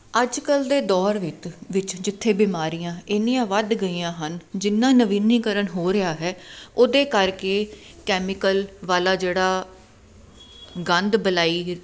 ਅੱਜ ਕੱਲ੍ਹ ਦੇ ਦੌਰ ਵਿੱਚ ਵਿੱਚ ਜਿੱਥੇ ਬਿਮਾਰੀਆਂ ਇੰਨੀਆਂ ਵੱਧ ਗਈਆਂ ਹਨ ਜਿੰਨਾ ਨਵੀਨੀਕਰਨ ਹੋ ਰਿਹਾ ਹੈ ਉਹਦੇ ਕਰਕੇ ਕੈਮੀਕਲ ਵਾਲਾ ਜਿਹੜਾ ਗੰਦ ਬੁਲਾਈ